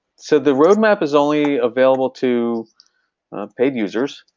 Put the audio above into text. so the roadmap is only available to paid users.